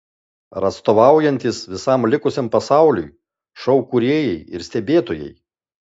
ar atstovaujantys visam likusiam pasauliui šou kūrėjai ir stebėtojai